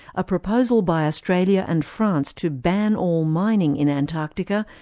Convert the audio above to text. a proposal by australia and france to ban all mining in antarctica,